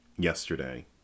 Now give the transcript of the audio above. yesterday